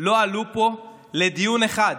לא עלו פה לדיון אחד.